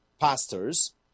pastors